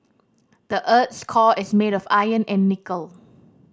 the earth's core is made of iron and nickel